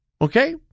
Okay